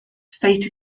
state